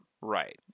right